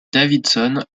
davidson